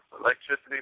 electricity